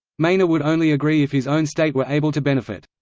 meyner would only agree if his own state were able to benefit.